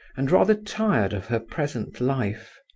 and rather tired of her present life.